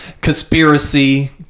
conspiracy